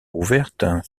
ouvertes